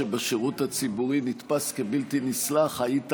כפי שקיים במדינות אחרות